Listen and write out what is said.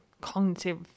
cognitive